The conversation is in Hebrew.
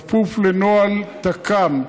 כפוף לנוהל תכ"מ.